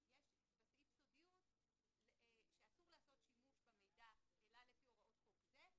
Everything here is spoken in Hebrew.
אז יש בסעיף סודיות שאסור לעשות שימוש במידע אלא לפי הוראות חוק זה,